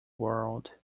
world